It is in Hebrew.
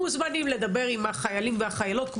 מוזמנים לדבר עם החיילים והחיילות,